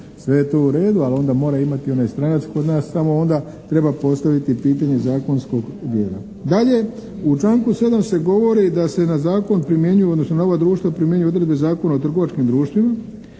Sve je to u redu, ali onda mora imati onaj stranac kod nas samo onda treba postaviti pitanje zakonskog dijela. Dalje, u članku 7. se govori da se na zakon primjenjuju odnosno na ova društva